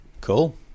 Cool